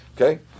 Okay